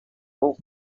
book